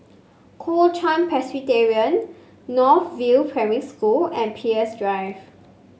Kuo Chuan Presbyterian North View Primary School and Peirce Drive